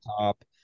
top